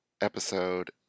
episode